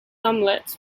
omelette